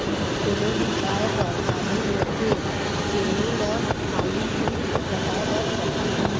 कोनो भी गाय ह गाभिन होथे तेनो ल मालिक तीर बताए बर परथे